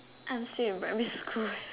I'm still in primary school